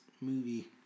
movie